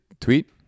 tweet